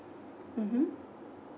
mmhmm